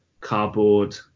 cardboard